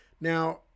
Now